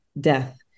death